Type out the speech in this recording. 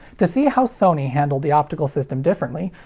to see how sony handled the optical system differently,